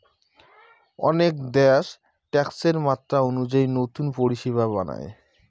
অনেক দ্যাশ ট্যাক্সের মাত্রা অনুযায়ী নতুন পরিষেবা বানায়